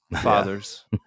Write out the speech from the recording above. fathers